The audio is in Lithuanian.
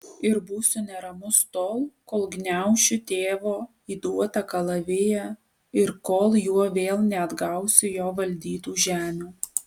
ir būsiu neramus tol kol gniaušiu tėvo įduotą kalaviją ir kol juo vėl neatgausiu jo valdytų žemių